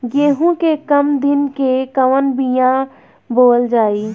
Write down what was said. गेहूं के कम दिन के कवन बीआ बोअल जाई?